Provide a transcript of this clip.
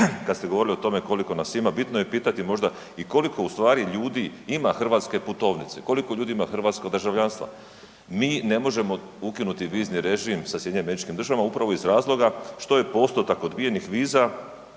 kada ste govorili o tome koliko nas ima, bitno je pitati možda i koliko ustvari ljudi ima hrvatske putovnice, koliko ljudi ima hrvatsko državljanstvo. Mi ne možemo ukinuti vizni režim sa SAD-om upravo iz razloga što je postotak odbijenih viza